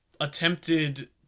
attempted